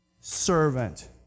servant